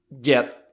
get